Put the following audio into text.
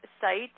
site